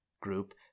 group